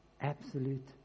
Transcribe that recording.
Absolute